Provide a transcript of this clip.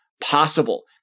possible